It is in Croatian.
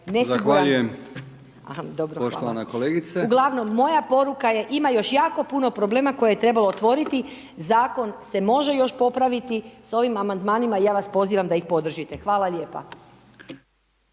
**Strenja, Ines (MOST)** Uglavnom moja poruka je ima još jako puno problema koje je je trebalo otvoriti, Zakon se može još popraviti, s ovim amandmanima ja vas pozivam da ih podržite. Hvala lijepa.